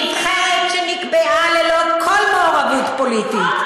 נבחרת שנקבעה ללא כל מעורבות פוליטית.